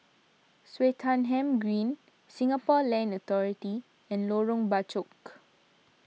Swettenham Green Singapore Land Authority and Lorong Bachok